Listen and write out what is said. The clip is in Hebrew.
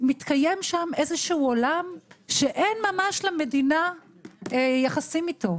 מתקיים שם עולם שאין ממש למדינה יחסים אתו.